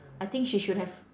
I think she should have